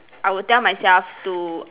I would tell myself to